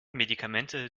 medikamente